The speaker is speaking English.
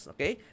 Okay